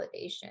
validation